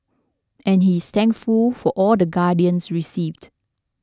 and he is thankful for all the guidance received